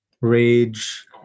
rage